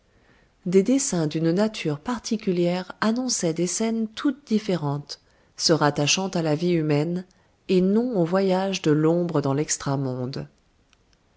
des dessins d'une nature particulière annonçaient des scènes toutes différentes se rattachant à la vie humaine et non au voyage de l'ombre dans lextra monde